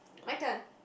my turn